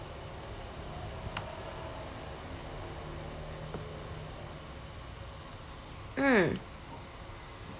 mm